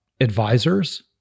advisors